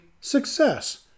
Success